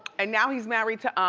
and now he's married to.